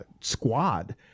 Squad